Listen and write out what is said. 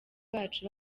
bacu